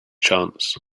chance